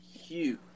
huge